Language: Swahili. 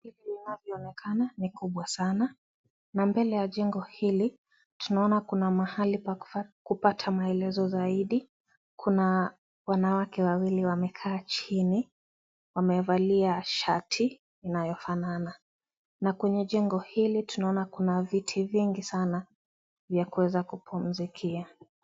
Jengo linavyoonekana ni kubwa sana na mbele ya jengo hili tunaona kuna mahali pa kupata maelezo zaidi , kuna wanawake wawili wamekaa chini wamevalia shati inayofanana na kwenye jengo hili tunaona kuna viti vingi sana vya kuweza kupumzika.